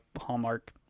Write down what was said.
Hallmark